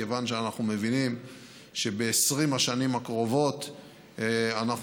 כיוון שאנחנו מבינים שב-20 השנים הקרובות אנחנו